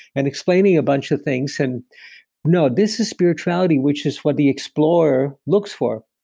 and explaining a bunch of things. and no, this is spirituality, which is what the explorer looks for.